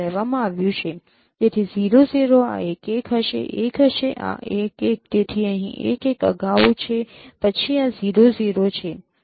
તેથી 0 0 આ 1 1 હશે 1 હશે આ 1 1 તેથી અહીં 1 1 અગાઉ છે પછી આ 0 0 છે